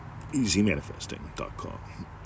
easymanifesting.com